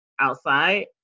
outside